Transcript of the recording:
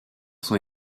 sont